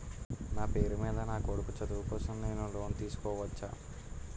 నా పేరు మీద నా కొడుకు చదువు కోసం నేను లోన్ తీసుకోవచ్చా?